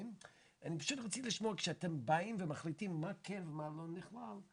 הם פשוט רוצים לשמוע כשאתם באים מחליטים מה כן ומה לא נכלל,